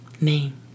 Name